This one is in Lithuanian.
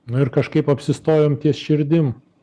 nu ir kažkaip apsistojom ties širdim